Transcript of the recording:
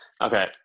okay